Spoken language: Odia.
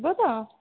ଯିବ ତ